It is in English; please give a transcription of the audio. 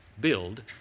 build